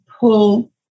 Pull